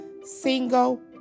single